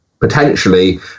potentially